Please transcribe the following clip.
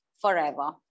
forever